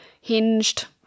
hinged